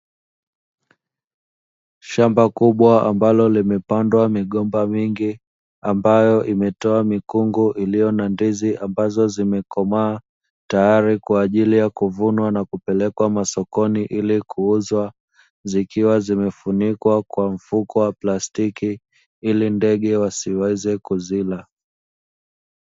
Shamba kubwa ambalo limepandwa migomba mingi, ambayo imetoa mikungu iliyo na ndizi ambazo zimekomaa tayari kwa ajili ya kuvunwa na kupelekwa sokoni ili kuuzwa. Zikiwa zimefunikwa kwa mfuko wa plastiki, ili ndege wasiweze kuzila.